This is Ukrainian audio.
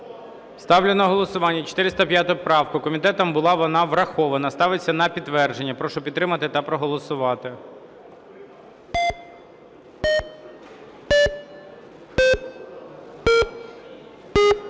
Ставлю на голосування 405 поправку. Комітетом була вона врахована. Ставиться на підтвердження. Прошу підтримати та проголосувати.